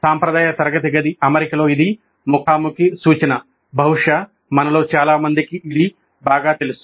సాంప్రదాయ తరగతి గది అమరికలో ఇది ముఖాముఖి సూచన బహుశా మనలో చాలామందికి ఇది బాగా తెలుసు